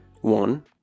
one